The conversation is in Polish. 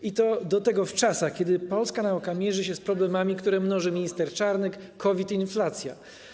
I to do tego w czasach, kiedy polska nauka mierzy się z problemami, które mnoży minister Czarnek, COVID i inflacja.